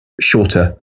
shorter